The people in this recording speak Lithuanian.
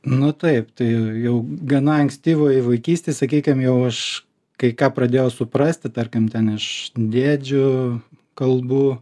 nu taip tai jau gana ankstyvoj vaikystėj sakykim jau aš kai ką pradėjau suprasti tarkim ten iš dėdžių kalbų